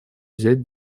взять